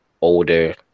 older